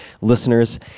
listeners